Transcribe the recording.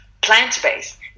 plant-based